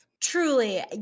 truly